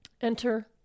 Enter